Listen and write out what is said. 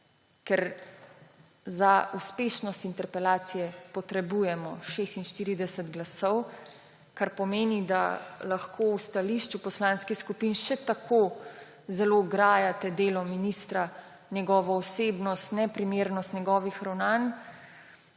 Ker za uspešnost interpelacije potrebujemo 46 glasov, kar pomeni, da lahko v stališču poslanskih skupin še tako zelo grajate delo ministra, njegovo osebnost, neprimernost njegovih ravnanj,